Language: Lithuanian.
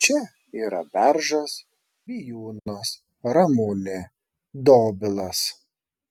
čia yra beržas bijūnas ramunė dobilas